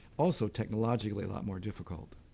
also technologically a lot more difficult.